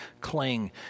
cling